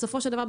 בסופו של דבר,